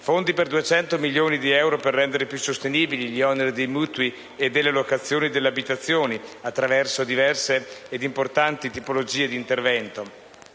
fondi per 200 milioni di euro per rendere più sostenibili gli oneri dei mutui e delle locazioni delle abitazioni attraverso diverse e importanti tipologie d'intervento;